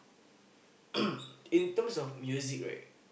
in terms of music right